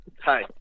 hi